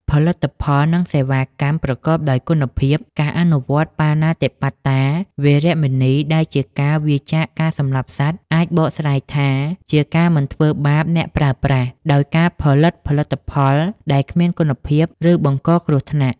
ផលិតផល និងសេវាកម្មប្រកបដោយគុណភាព: ការអនុវត្ត បាណាតិបាតា វេរមណី ដែលជាការវៀរចាកការសម្លាប់សត្វ អាចបកស្រាយថាជាការមិនធ្វើបាបអ្នកប្រើប្រាស់ ដោយការផលិតផលិតផលដែលគ្មានគុណភាព ឬបង្កគ្រោះថ្នាក់។